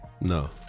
No